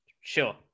Sure